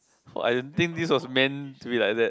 oh I don't think this was meant to be like that